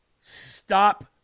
stop